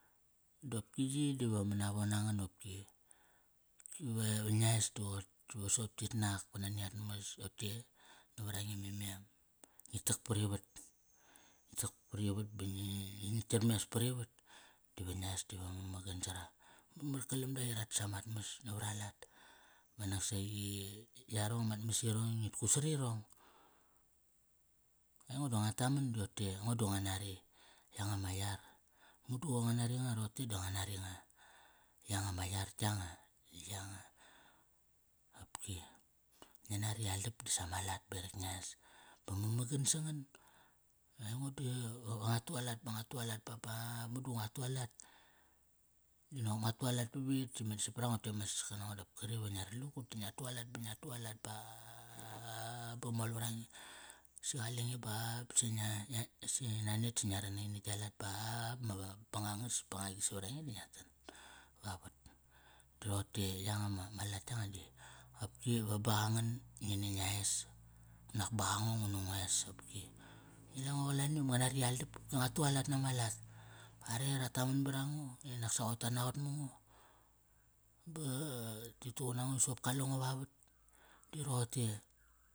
Dopki yi diva manavo nangan opki. Ve, va ngiaes di qoir, diva soqop titnak va nani at mas. Di rote, navarange me mem, ngi tak parivat, tak parivat ba ngi, ngit yirmes parivat diva ngiaes tiva mamagan sara. Mamar kalam da i ra tas amat mas navara lat. Ba naksaqi yarong amat mas irong i ngit kut sarirong, aingo di ngua taman di rote, ngo di nga naryanga ma yar. Madu qoi nga nari nga, rote di nga nari nga. Yanga ma yar tka nga, yanga opki, ngia nari i aldap di sama lat berak ngiaes, ba mamagan sangan. Aingo di nga tualat ba nga tualat ba, ba, madu nga tu alat di nop nga tualat pavit si meda saprango i rote ama saska nango dap kari va ngia rat lagut di ngia tualat ba ngia tualat baaa ba mol vra nge. Si qale nge ba basi ngia, nga si nanet si ngia ran naqi na gia lat. Ba, ba ma bangangas bangagi savarange di ngia tar vavat. Di rote yanga ma, ma lat yanga di qopki va baqangan ngina ngiaes. Nak baqango nguna nguaes opki. Ngi la ngo qalani ngo nari aldap opki ngua tualat nama lat. Are ra taman barango i naksa qoi tat naqot mango, ba ngo vavat di roqote.